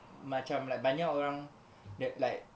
macam like banyak orang that like